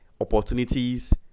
opportunities